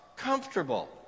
comfortable